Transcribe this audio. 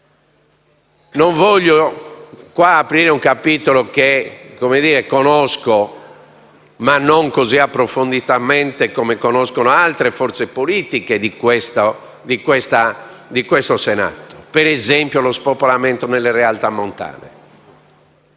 Non voglio qui aprire un capitolo che conosco ma non così approfonditamente come altre forze politiche di questo Senato. Mi riferisco, per esempio, allo spopolamento nelle realtà montane.